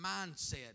mindset